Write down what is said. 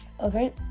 okay